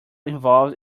involved